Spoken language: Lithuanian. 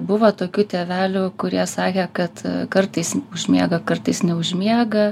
buvo tokių tėvelių kurie sakė kad kartais užmiega kartais neužmiega